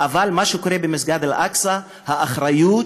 אבל האחריות